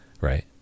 right